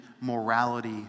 morality